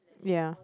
ya